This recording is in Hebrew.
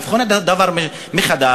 תבחנו את הדבר בחדש.